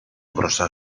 μπροστά